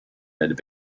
had